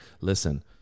listen